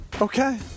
Okay